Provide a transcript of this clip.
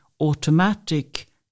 automatic